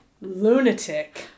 lunatic